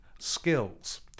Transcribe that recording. skills